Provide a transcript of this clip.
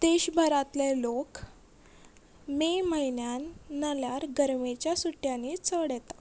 देश भरातले लोक मे म्हयन्यान नाल्यार गर्मेच्या सुटयांनी चड येता